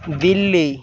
Delhi